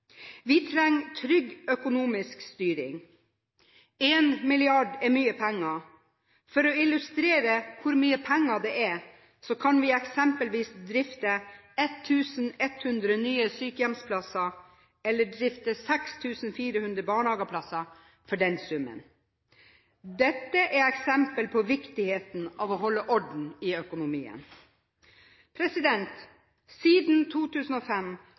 Vi trenger trygg økonomisk styring. Én milliard er mye penger. For å illustrere hvor mye penger det er, kan vi eksempelvis drifte 1 100 nye sykehjemsplasser eller drifte 6 400 barnehageplasser for den summen. Dette er eksempler på viktigheten av å holde orden i økonomien. Siden 2005